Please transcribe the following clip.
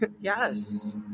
yes